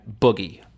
boogie